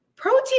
Protein